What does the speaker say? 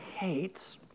hates